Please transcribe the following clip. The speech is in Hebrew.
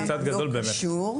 לא, לא.